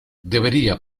debería